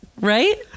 right